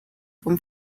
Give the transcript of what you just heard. from